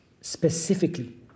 specifically